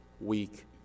week